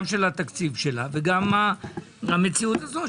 גם של התקציב שלה וגם המציאות הזאת,